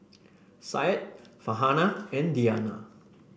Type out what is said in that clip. Syed Farhanah and Diyana